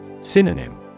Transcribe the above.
Synonym